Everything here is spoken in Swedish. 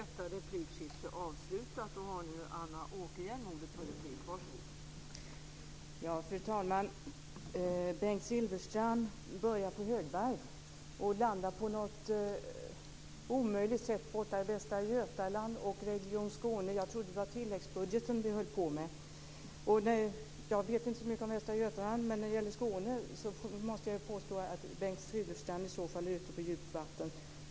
Fru talman! Bengt Silfverstrand börjar på högvarv och landar på något omöjligt sätt borta i Västra Götaland och Region Skåne. Jag trodde att det var tilläggsbudgeten vi höll på med. Jag vet inte så mycket om Västra Götaland, men när det gäller Skåne måste jag påstå att Bengt Silfverstrand är ute på djupt vatten.